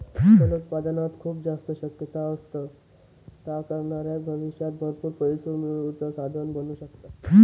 फलोत्पादनात खूप जास्त शक्यता असत, ता करणाऱ्याक भविष्यात भरपूर पैसो मिळवुचा साधन बनू शकता